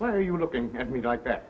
why are you looking at me like that